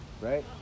right